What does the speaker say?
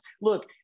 look